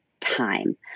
time